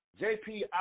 JP